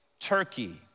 Turkey